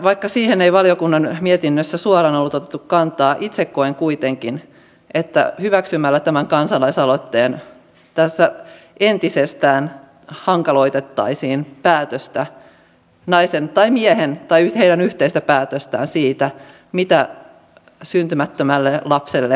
vaikka siihen ei valiokunnan mietinnössä suoraan otettu kantaa itse koen kuitenkin että tämän kansalaisaloitteen hyväksymisen kautta tässä entisestään hankaloitettaisiin päätöstä naisen tai miehen tai heidän yhteistä päätöstään siitä mitä syntymättömälle lapselle tehdään